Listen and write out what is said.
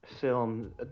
film